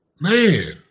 man